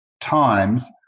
times